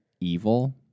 evil